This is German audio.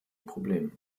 problem